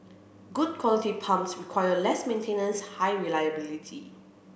good quality pumps require less maintenance high reliability